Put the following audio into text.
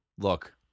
Look